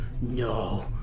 No